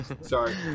Sorry